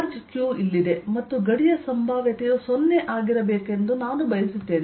charge q ಇಲ್ಲಿದೆ ಮತ್ತು ಗಡಿಯ ಸಂಭಾವ್ಯತೆಯು 0 ಆಗಿರಬೇಕೆಂದು ನಾನು ಬಯಸುತ್ತೇನೆ